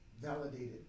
validated